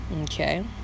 okay